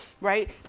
right